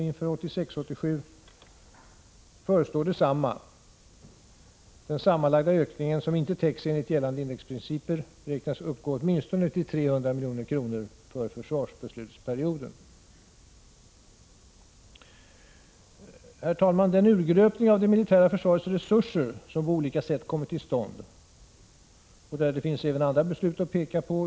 Inför 1986/87 förestår detsamma. Den sammanlagda ökningen, som inte täcks enligt gällande indexprinciper, beräknas uppgå åtminstone till 300 milj.kr. för försvarsbeslutsperioden. Herr talman! Den urgröpning av det militära försvarets resurser som på olika sätt kommit till stånd — och där det finns även andra beslut att peka på Prot.